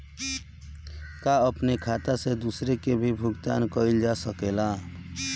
का अपने खाता से दूसरे के भी भुगतान कइल जा सके ला?